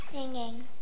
Singing